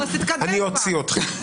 אני אוציא אתכם.